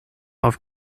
auf